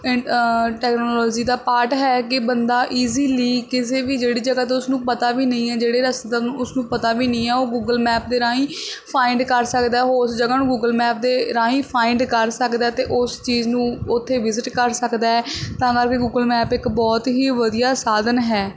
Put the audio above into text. ਇ ਟੈਕਨੋਲੋਜੀ ਦਾ ਪਾਰਟ ਹੈ ਕਿ ਬੰਦਾ ਇਜੀਲੀ ਕਿਸੇ ਵੀ ਜਿਹੜੀ ਜਗ੍ਹਾ ਤੋਂ ਉਸਨੂੰ ਪਤਾ ਵੀ ਨਹੀਂ ਹੈ ਜਿਹੜੇ ਰਸਤੇ ਦਾ ਉਨੂੰ ਉਸਨੂੰ ਪਤਾ ਵੀ ਨਹੀਂ ਆ ਉਹ ਗੂਗਲ ਮੈਪ ਦੇ ਰਾਹੀਂ ਫਾਇੰਡ ਕਰ ਸਕਦਾ ਉਹ ਉਸ ਜਗ੍ਹਾ ਨੂੰ ਗੂਗਲ ਮੈਪ ਦੇ ਰਾਹੀਂ ਫਾਇੰਡ ਕਰ ਸਕਦਾ ਅਤੇ ਉਸ ਚੀਜ਼ ਨੂੰ ਉੱਥੇ ਵਿਜਿਟ ਕਰ ਸਕਦਾ ਤਾਂ ਕਰਕੇ ਗੂਗਲ ਮੈਪ ਇੱਕ ਬਹੁਤ ਹੀ ਵਧੀਆ ਸਾਧਨ ਹੈ